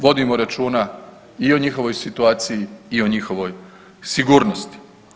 Vodimo računa i o njihovoj situaciji i o njihovoj sigurnosti.